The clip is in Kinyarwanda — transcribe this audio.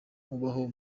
ubaho